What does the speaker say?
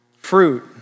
fruit